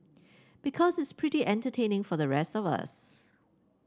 because it's pretty entertaining for the rest of us